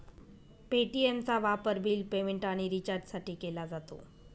पे.टी.एमचा वापर bill payment आणि रिचार्जसाठी केला जातो